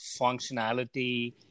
functionality